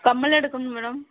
கம்மல் எடுக்கணும் மேடம்